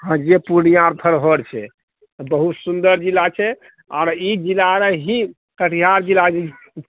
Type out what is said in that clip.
जे पूर्णियाके धरोहर छै बहुत सुन्दर जिला छै आर ई जिलारऽ ही कटिहार जिला जे